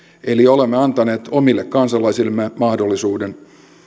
eli olemme antaneet omille kansalaisillemme mahdollisuuden